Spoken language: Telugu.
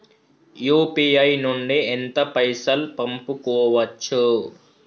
యూ.పీ.ఐ నుండి ఎంత పైసల్ పంపుకోవచ్చు?